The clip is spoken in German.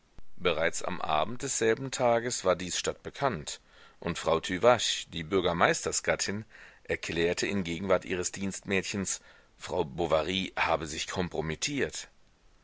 bereits am abend desselben tages war dies stadtbekannt und frau tüvache die bürgermeistersgattin erklärte in gegenwart ihres dienstmädchens frau bovary habe sich kompromittiert